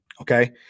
Okay